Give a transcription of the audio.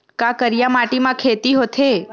का करिया माटी म खेती होथे?